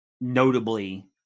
notably